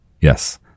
Yes